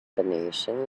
combination